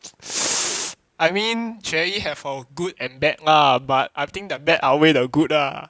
I mean xue yi have her good and bad lah but I think the bad outweigh the good ah